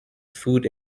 food